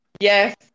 Yes